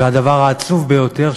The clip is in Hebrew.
והדבר העצוב ביותר,